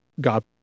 god